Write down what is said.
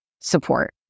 support